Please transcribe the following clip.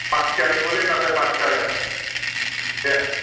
बाखि जानाय नङा लै नाथाय बाखि जाया दे